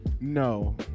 No